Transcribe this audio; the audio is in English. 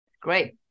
Great